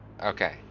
Okay